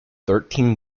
thirteen